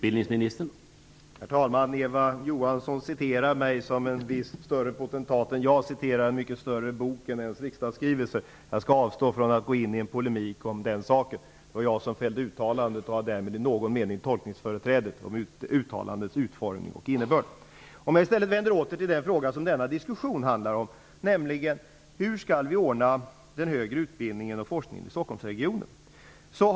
Herr talman! Eva Johansson citerar mig som en viss större potentat än jag citerar en mycket större bok än ens en riksdagsskrivelse. Jag skall avstå från att gå in i en polemik om den saken. Det var jag som fällde uttalandet, och jag har därmed i någon mening tolkningsföreträde om uttalandets utformning och innebörd. Jag skall i stället vända åter till den fråga som denna diskussion handlar om, nämligen hur vi skall ordna den högre utbildningen och forskningen i Stockholmsregionen.